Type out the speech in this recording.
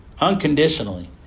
unconditionally